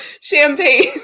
champagne